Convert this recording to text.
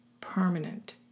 permanent